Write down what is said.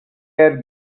had